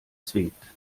zwingt